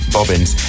Bobbins